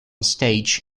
stage